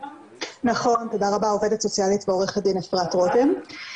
נכון, תודה רבה, עו"ס ועו"ד אפרת רותם.